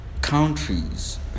countries